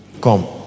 Come